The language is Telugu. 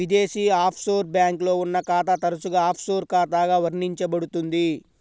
విదేశీ ఆఫ్షోర్ బ్యాంక్లో ఉన్న ఖాతా తరచుగా ఆఫ్షోర్ ఖాతాగా వర్ణించబడుతుంది